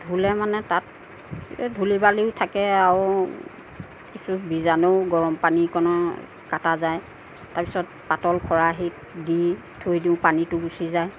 ধুলে মানে তাত ধূলি বালিও থাকে আৰু কিছু বীজাণুও গৰম পানীকণৰ কাটা যায় তাৰ পিছত পাতল খৰাহীত দি থৈ দিওঁ পানীটো গুচি যায়